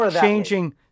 changing